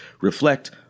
reflect